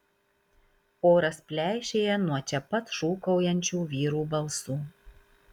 oras pleišėja nuo čia pat šūkaujančių vyrų balsų